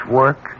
work